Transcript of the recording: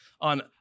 on